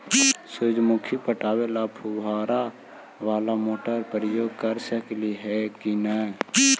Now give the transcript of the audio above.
सुरजमुखी पटावे ल फुबारा बाला मोटर उपयोग कर सकली हे की न?